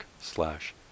slash